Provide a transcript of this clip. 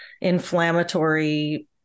inflammatory